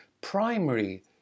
primary